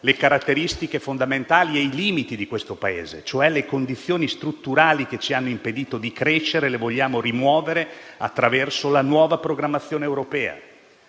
le caratteristiche fondamentali e i limiti di questo Paese. Le condizioni strutturali che ci hanno impedito di crescere le vogliamo, cioè, rimuovere attraverso la nuova programmazione europea.